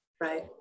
Right